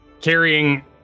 carrying